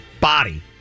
body